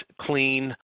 clean